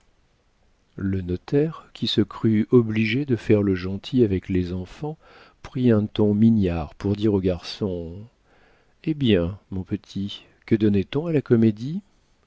le notaire qui se crut obligé de faire le gentil avec les enfants prit un ton mignard pour dire au garçon hé bien mon petit que donnait on à la comédie